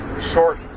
short